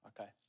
Okay